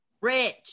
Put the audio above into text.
Rich